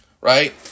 right